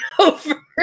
over